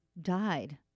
died